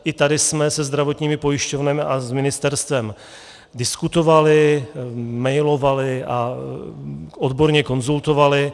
I tady jsme se zdravotními pojišťovnami a s ministerstvem diskutovali, mailovali a odborně konzultovali.